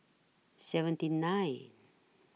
seventy nine